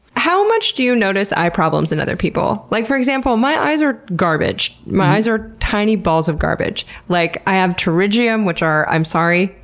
how much do notice eye problems in and other people? like for example, my eyes are garbage. my eyes are tiny balls of garbage. like, i have pterygium, which are, i'm sorry,